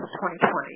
2020